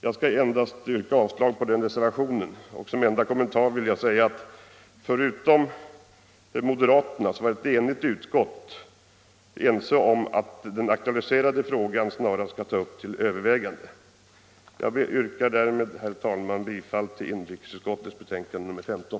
Jag skall endast yrka bifall till utskottets hemställan i det avseendet, vilket innebär avslag på reservationen. Som enda kommentar vill jag påpeka att alla i utskottet — utom moderaternas representanter — är ense om att den aktualiserade frågan snarast skall tas upp till övervägande. Jag yrkar därmed, herr talman, bifall till inrikesutskottets hemställan i betänkandet nr 15.